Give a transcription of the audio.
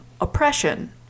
oppression